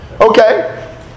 Okay